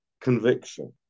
conviction